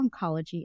oncology